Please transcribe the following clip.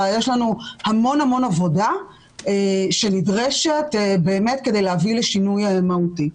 יש לנו המון המון עבודה שנדרשת באמת כדי להביא לשינוי מהותי.